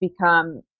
become